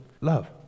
Love